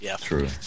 true